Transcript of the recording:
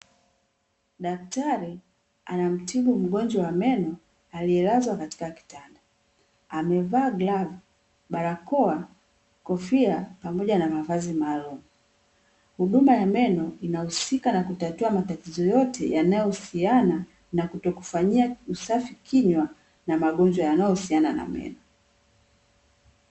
Daktari anamtibu mgonjwa wa meno aliye lazwa kwenye kitanda amevaa glavu, barakoa, kofia pamoja na mavazi maalumu. Huduma ya meno inahusika na kutatua matatizo yote yanayo husiana na kutokufanyia husafi kinywa na magonjwa yanayohusiana na meno.